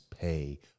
pay